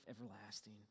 everlasting